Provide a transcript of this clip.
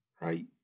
right